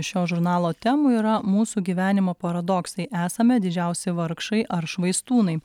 šio žurnalo temų yra mūsų gyvenimo paradoksai esame didžiausi vargšai ar švaistūnai